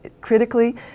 critically